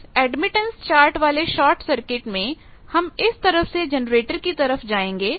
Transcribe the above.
इस admittance chart वाले short circuit में हम इस तरफ से जनरेटर की तरफ जाएंगे